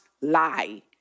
lie